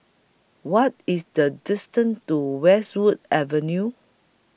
What IS The distance to Westwood Avenue